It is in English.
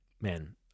Man